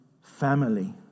family